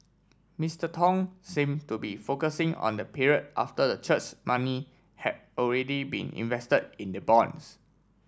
Mister Tong seemed to be focusing on the period after the church's money had already been invested in the bonds